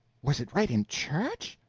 was it right in church?